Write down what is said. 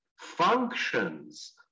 functions